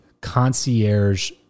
concierge